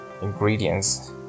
Ingredients